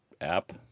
app